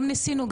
גם ניסינו,